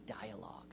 dialogue